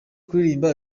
kuririmba